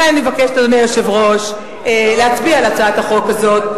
אנחנו נפיל את הצעת החוק הפתטית שלך.